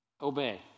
Obey